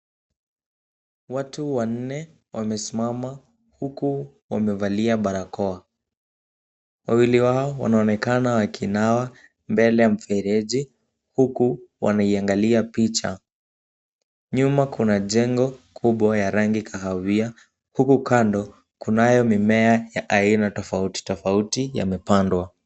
Watu wanne wamesimama huku wamevalia barakoaawi. Wawili wao wanaonekana wakinawa mbele ya mfereji, huku wanaiangalia picha. Nyuma kuna jengo kubwa ya rangi kahawia, huku kando kunayo mimea ya aina tofauti tofauti yamepandwa.